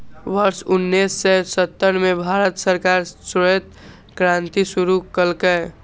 वर्ष उन्नेस सय सत्तर मे भारत सरकार श्वेत क्रांति शुरू केलकै